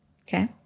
okay